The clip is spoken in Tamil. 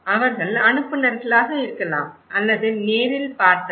அவர்கள் அனுப்புநர்களாக இருக்கலாம் அல்லது நேரில் பார்த்தவர்